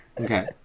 Okay